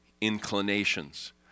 inclinations